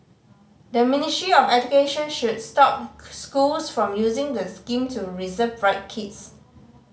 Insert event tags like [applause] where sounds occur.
the Ministry of Education should stop [unintelligible] schools from using the scheme to reserve bright kids